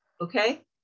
okay